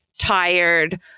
tired